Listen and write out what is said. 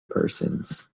persons